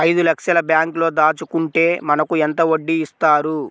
ఐదు లక్షల బ్యాంక్లో దాచుకుంటే మనకు ఎంత వడ్డీ ఇస్తారు?